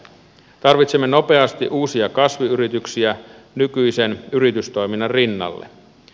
tarvitsemme nopeasti uusia kasvuyrityksiä nykyisen yritystoiminnan rinnalle